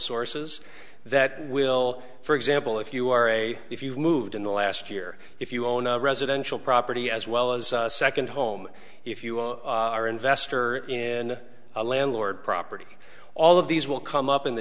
sources that will for example if you are a if you've moved in the last year if you own a residential property as well as a second home if you are investor in a landlord property all of these will come up in the